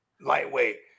lightweight